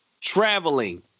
traveling